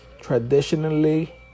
traditionally